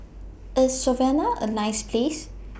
IS Slovenia A nice Place